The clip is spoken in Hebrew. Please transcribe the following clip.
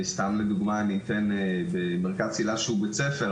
סתם לדוגמה במרכז צלילה שהוא בית ספר,